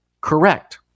correct